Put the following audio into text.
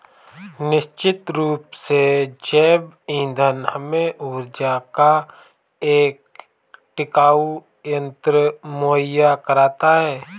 निश्चित रूप से जैव ईंधन हमें ऊर्जा का एक टिकाऊ तंत्र मुहैया कराता है